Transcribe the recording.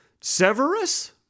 Severus